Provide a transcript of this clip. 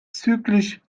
zyklisch